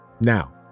Now